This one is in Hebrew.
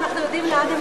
אנחנו יודעים לאן הן